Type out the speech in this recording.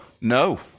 No